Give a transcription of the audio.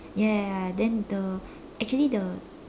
ya ya ya ya then the actually the